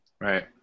Right